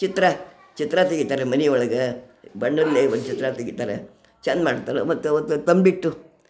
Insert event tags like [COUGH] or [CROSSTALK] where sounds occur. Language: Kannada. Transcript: ಚಿತ್ರ ಚಿತ್ರ ತೆಗಿತಾರೆ ಮನೆ ಒಳಗೆ ಬಣ್ಣ [UNINTELLIGIBLE] ಚಿತ್ರ ತೆಗಿತಾರೆ ಚಂದ ಮಾಡ್ತಾರೆ ಮತ್ತೆ ಅವತ್ತು ತಂಬಿಟ್ಟು